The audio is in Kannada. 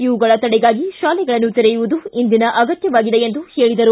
ಇವುಗಳ ತಡೆಗಾಗಿ ತಾಲೆಗಳನ್ನು ತೆರೆಯುವುದು ಇಂದಿನ ಅಗತ್ಭವಾಗಿದೆ ಎಂದು ಹೇಳಿದರು